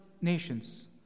nations